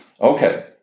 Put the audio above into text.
Okay